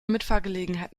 mitfahrgelegenheit